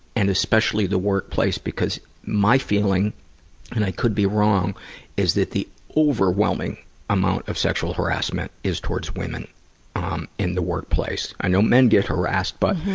and especially the workplace, because my feeling and i could be wrong is that the overwhelming amount of sexual harassment is towards women um in the workplace. i know men get harassed but,